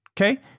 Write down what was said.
okay